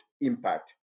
impact